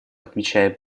отмечаем